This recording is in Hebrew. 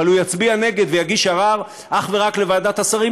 אבל הוא יצביע נגד ויגיש ערר אך ורק לוועדת השרים,